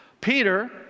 Peter